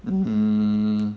mm